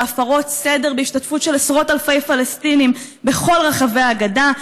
להפרות סדר בהשתתפות עשרות אלפי פלסטינים בכל רחבי הגדה,